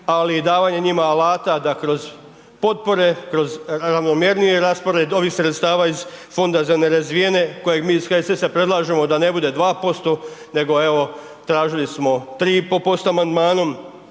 ali i davanje njim alata da kroz potpore, kroz ravnomjerniji raspored ovih sredstava iz Fonda za nerazvijene, kojeg mi iz HSS-a predlažemo da ne bude 2% nego evo tražili smo 3,5% amandmanom